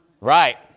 Right